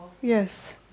Yes